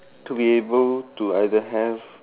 to be able to either have